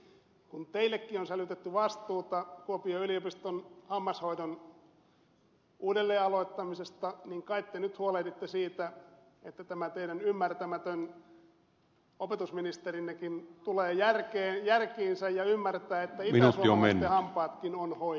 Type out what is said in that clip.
kun teillekin on sälytetty vastuuta kuopion yliopiston hammashoidon uudelleenaloittamisesta niin kai te nyt huolehditte siitä että tämä teidän ymmärtämätön opetusministerinnekin tulee järkiinsä ja ymmärtää että itäsuomalaisten hampaatkin on hoidettava